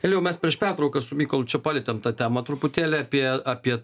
elijau mes prieš pertrauką su mykolu čia palietėm tą temą truputėlį apie apie